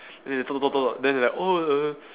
then they talk talk talk then they like oh the